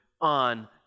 on